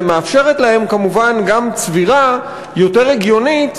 ומאפשרת להם כמובן גם צבירה יותר הגיונית,